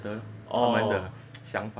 orh